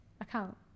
account